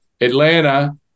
Atlanta